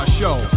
show